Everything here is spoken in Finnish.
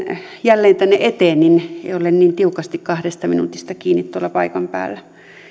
jälleen tänne eteen on niin tiukasti kahdesta minuutista kiinni tuolla paikan päällä